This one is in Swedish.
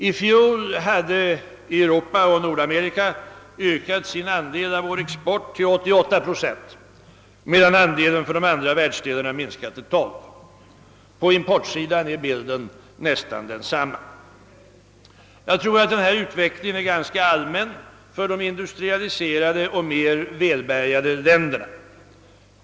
I fjol hade Europa och Nordamerika ökat sin andel av vår export till 88 procent, medan andelen för de övriga världsdelarna minskat till 12 procent. På importsidan är bilden nästan densamma. Jag tror att denna utveckling är ganska allmän för de industrialiserade och mera välbärgade länderna.